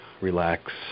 relax